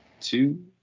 two